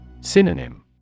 Synonym